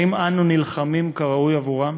האם אנו נלחמים כראוי עבורם?